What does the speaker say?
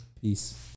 Peace